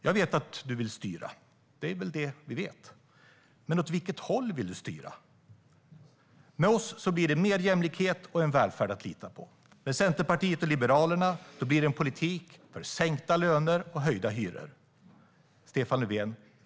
Jag vet att du vill styra. Det är väl det vi vet. Men åt vilket håll vill du styra? Med oss blir det mer jämlikhet och en välfärd att lita på. Med Centerpartiet och Liberalerna blir det en politik för sänkta löner och höjda hyror.